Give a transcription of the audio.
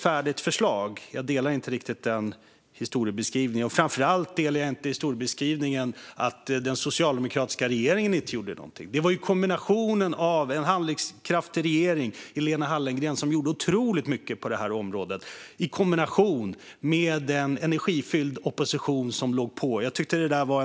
Jag delar inte riktigt historiebeskrivningen att den socialdemokratiska regeringen inte gjorde någonting. Det finns ju ett färdigt förslag. Det var en handlingskraftig regering med statsrådet Lena Hallengren, i kombination med en energifylld opposition som låg på, som gjorde otroligt mycket på det här området.